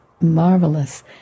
marvelous